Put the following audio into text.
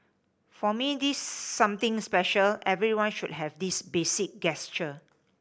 for me this something special everyone should have this basic gesture